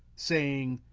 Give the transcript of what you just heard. saying,